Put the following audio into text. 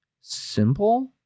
simple